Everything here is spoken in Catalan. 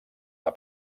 del